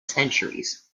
centuries